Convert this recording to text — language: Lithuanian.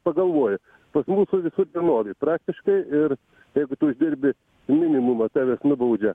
pagalvoja pas mūsų visur vienodai praktiškai ir jeigu tu uždirbi minimumą tavęs nubaudžia